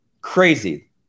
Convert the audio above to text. crazy